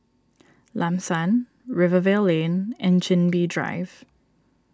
Lam San Rivervale Lane and Chin Bee Drive